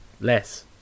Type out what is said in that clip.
less